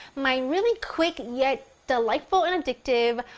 my really quick, yet delightful and addictive,